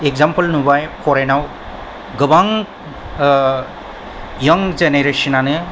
example नुबाय फरेनाव गोबां यां जेनेरेस'नानो